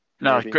No